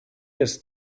jest